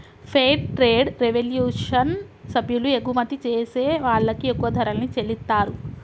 fair trade revolution సభ్యులు ఎగుమతి జేసే వాళ్ళకి ఎక్కువ ధరల్ని చెల్లిత్తారు